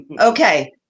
Okay